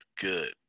good